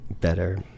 better